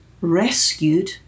rescued